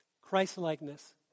Christ-likeness